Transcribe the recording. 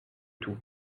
tout